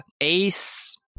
Ace